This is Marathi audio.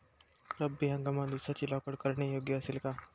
रब्बी हंगामात ऊसाची लागवड करणे योग्य असेल का?